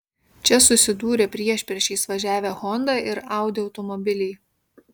čia susidūrė priešpriešiais važiavę honda ir audi automobiliai